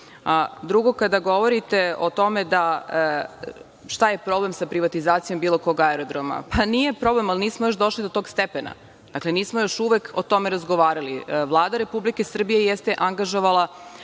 kada govorite o tome šta je problem sa privatizacijom bilo kog aerodroma - nije problem, ali, još nismo došli do tog stepena. Dakle, nismo još uvek o tome razgovarali. Vlada Republike Srbije jeste angažovala